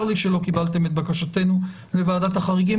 צר לי שלא קיבלתם את בקשתנו לוועדת החריגים.